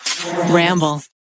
Ramble